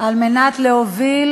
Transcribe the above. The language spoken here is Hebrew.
על מנת להוביל,